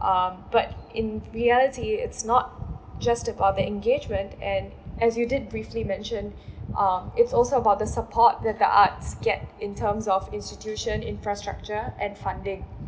um but in reality it's not just of the engagement and as you did briefly mention um it's also about the support that the arts get in terms of institution infrastructure and funding